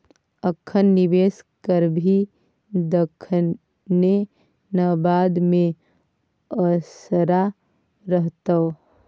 अखन निवेश करभी तखने न बाद मे असरा रहतौ